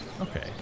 Okay